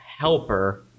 helper